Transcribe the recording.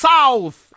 South